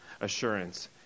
assurance